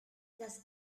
des